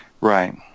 Right